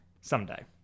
Someday